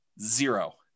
zero